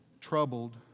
troubled